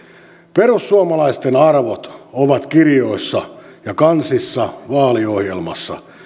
perussuomalaisten arvot ovat kirjoissa ja kansissa vaaliohjelmassa